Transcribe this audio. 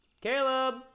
Caleb